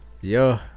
Yo